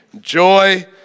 joy